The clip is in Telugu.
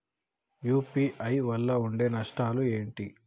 యూ.పీ.ఐ వల్ల ఉండే నష్టాలు ఏంటి??